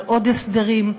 על עוד הסדרים.